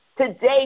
Today